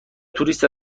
توریست